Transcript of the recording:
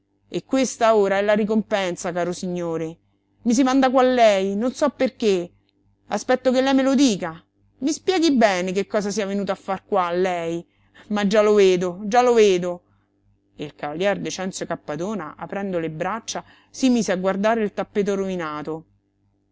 e questa ora è la ricompensa caro signore i si manda qua lei non so perché aspetto che lei me lo dica mi spieghi bene che cosa sia venuto a far qua lei ma già lo vedo già lo vedo e il cavalier decenzio cappadona aprendo le braccia si mise a guardare il tappeto rovinato